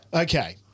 Okay